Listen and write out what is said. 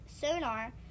sonar